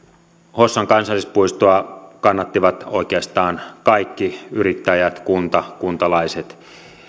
hossan kansallispuistoa kannattivat oikeastaan kaikki yrittäjät kunta kuntalaiset eli